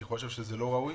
אני חושב שזה לא ראוי.